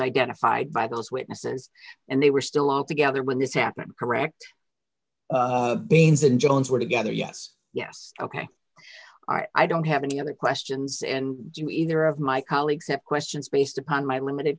identified by those witnesses and they were still all together when this happened correct beans and jones were together yes yes ok i don't have any other questions and do either of my colleagues have questions based upon my limited